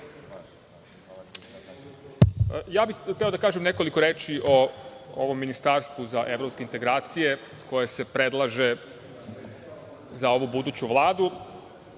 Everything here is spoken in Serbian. bih da kažem nekoliko reči o ovom ministarstvu za evropske integracije koje se predlaže za ovu buduću Vladu.